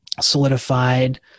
solidified